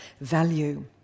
value